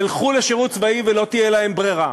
ילכו לשירות צבאי ולא תהיה להם ברירה.